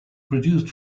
produced